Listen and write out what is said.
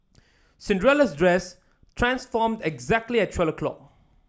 Cinderella's dress transformed exactly at twelve o'clock